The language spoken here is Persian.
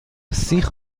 سیخ